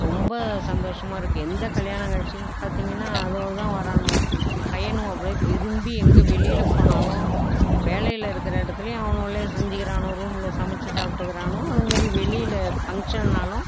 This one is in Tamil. ரொம்ப சந்தோஷமாக இருக்குது எந்தக் கல்யாணம் காட்சினு பார்த்தீங்கன்னா அதோடுதான் வர்றானுவோ பையனுவோ அப்படியே விரும்பி எங்கே வெளியில் போனாலும் வேலையில் இருக்கிற இடத்துலேயும் அவனுகளே செஞ்சுக்கிறானுவோ ரூமில் சமைத்து சாப்பிட்டுகிறானுவோ அதுமாதிரி வெளியில் ஃபங்ஷன்னாலும்